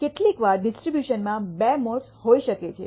કેટલીકવાર ડિસ્ટ્રીબ્યુશનમાં બે મૉડસ હોઈ શકે છે